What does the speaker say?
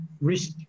risk